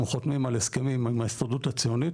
חותמים על הסכמים עם ההסתדרות הציונית